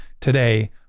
today